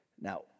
Now